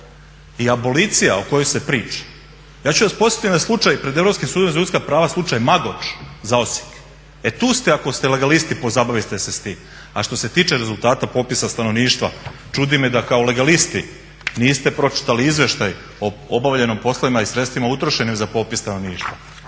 I abolicija o kojoj se priča. Ja ću vas podsjetiti na slučaj pred Europskim sudom za ljudska prava, slučaj Magoč za Osijek. E tu ste ako ste legalisti pozabavite se s tim. A što se tiče rezultata popisa stanovništva čudi me da kao legalisti niste pročitali izveštaj o obavljenim poslovima i sredstvima utrošenim za popis stanovništva.